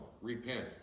repent